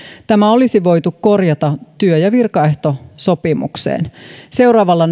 tämä olisi voitu korjata työ ja virkaehtosopimukseen seuraavalla